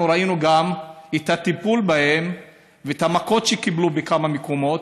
אנחנו ראינו את הטיפול בהם ואת המכות שקיבלו בכמה מקומות.